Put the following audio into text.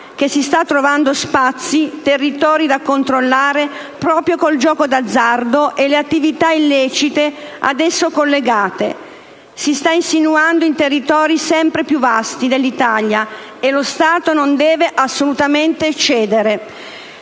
che si sta trovando spazi, territori da controllare, proprio con il gioco d'azzardo e le attività illecite ad esso collegate, si sta insinuando in territori sempre più vasti dell'Italia e lo Stato non deve assolutamente cedere.